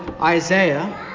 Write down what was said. Isaiah